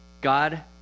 God